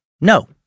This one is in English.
No